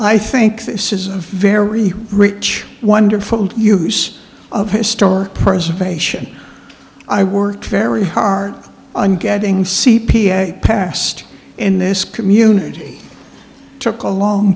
i think this is a very rich wonderful use of historic preservation i worked very hard on getting c p a passed in this community took a long